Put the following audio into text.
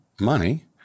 money